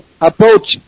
approach